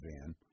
Van